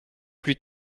plus